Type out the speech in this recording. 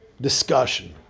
discussion